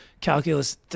calculus